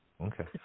Okay